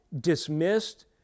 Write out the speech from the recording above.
dismissed